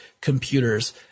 computers